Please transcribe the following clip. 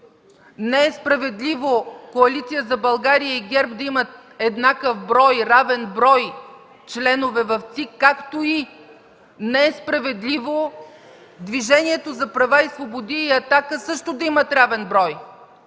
не е справедливо Коалиция за България и ГЕРБ да имат еднакъв, равен брой членове в ЦИК, както и че не е справедливо Движението за права и свободи и „Атака” да имат също равен брой?